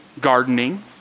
gardening